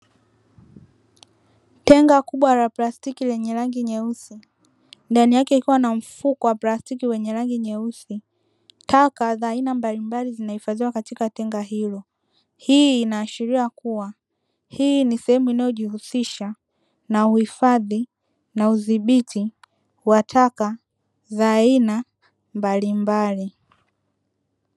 Tenga kubwa la plastiki lenye rangi nyeusi, ndani yake likiwa na mfuko wa plastiki wenye rangi nyeusi. Taka za aina mbalimbali zimehifadhiwa katika tenga hilo, hii inaashiria kuwa hii ni sehemu inayojihusisha na uhifadhi na udhibiti wa taka za aina mbalimbali.